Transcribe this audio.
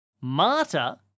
Marta